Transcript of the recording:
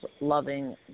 loving